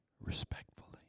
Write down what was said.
respectfully